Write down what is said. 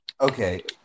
Okay